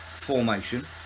formation